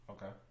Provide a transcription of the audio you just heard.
Okay